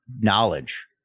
knowledge